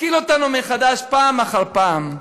מתקיל אותנו מחדש, פעם אחר פעם,